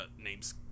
name's